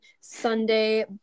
Sunday